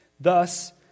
Thus